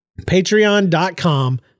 Patreon.com